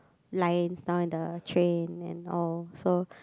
lines now in the train and all so